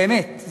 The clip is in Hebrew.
באמת.